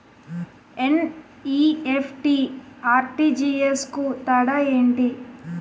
NEFT, RTGS కు తేడా ఏంటి?